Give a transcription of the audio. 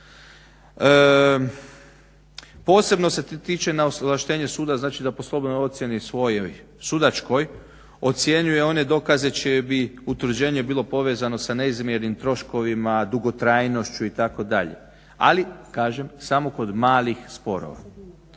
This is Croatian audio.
Posebno se tiče na ovlaštenje suda, znači da po slobodnoj ocjeni svojoj sudačkoj ocjenjuje one dokaze čije bi utvrđenje bilo povezano sa neizmjernim troškovima, dugotrajnošću itd. Ali kažem samo kod malih sporova.